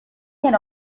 can